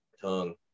tongue